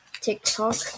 TikTok